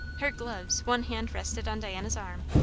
her gloves one hand rested on diana's arm,